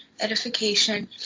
edification